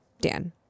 Dan